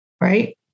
right